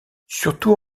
surtout